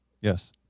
Yes